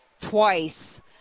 twice